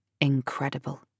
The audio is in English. incredible